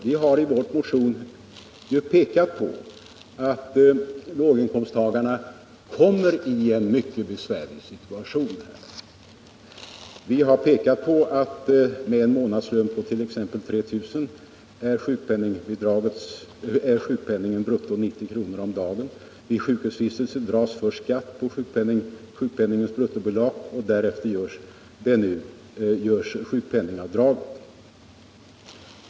Vi har i vår motion pekat på att låginkomsttagarna kommer i en mycket besvärlig situation. Vi har pekat på att med en månadslön på t.ex. 3000 kr. är sjukpenningen brutto 90 kr. om dagen. Vid sjukhusvistelse dras först skatt på sjukpenningens bruttobelopp och därefter görs sjukpenningavdraget.